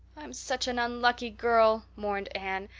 i'm such an unlucky girl, mourned anne.